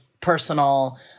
personal